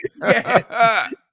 Yes